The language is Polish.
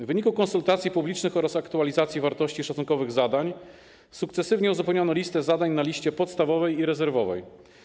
W wyniku konsultacji publicznych oraz aktualizacji wartości szacunkowych zadań sukcesywnie uzupełniano listę zadań na liście podstawowej i rezerwowej.